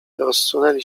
rozsunęli